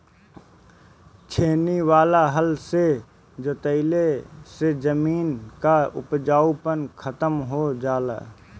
छेनी वाला हल से जोतवईले से जमीन कअ उपजाऊपन खतम हो जाला